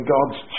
God's